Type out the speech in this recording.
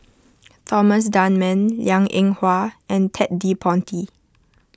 Thomas Dunman Liang Eng Hwa and Ted De Ponti